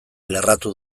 lerratu